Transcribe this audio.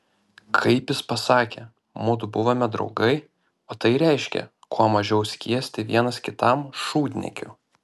kaip jis pasakė mudu buvome draugai o tai reiškė kuo mažiau skiesti vienas kitam šūdniekių